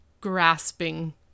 grasping